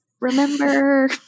Remember